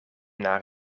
naar